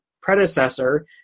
predecessor